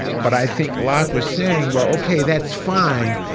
but i think locke was saying, well, ok, that's fine,